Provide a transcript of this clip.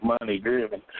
money-driven